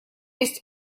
есть